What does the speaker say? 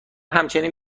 همچنین